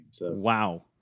Wow